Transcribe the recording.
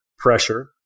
Pressure